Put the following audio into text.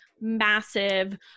massive